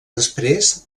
després